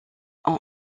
ont